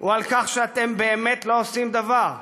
הוא שאתם באמת לא עושים דבר,